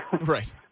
Right